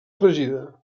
fregida